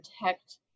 protect